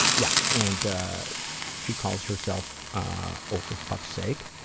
yeah, and ah, she calls herself oh for fuck's sake.